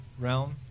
realm